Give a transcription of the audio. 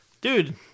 Dude